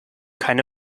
keine